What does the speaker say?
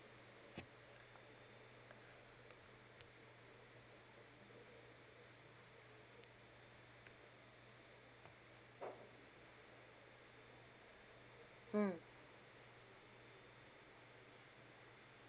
mm